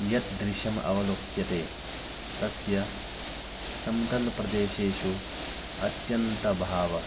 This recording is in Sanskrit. यत्दृश्यम् अवलोक्यते तस्य समतलप्रदेशेषु अत्यन्ताभावः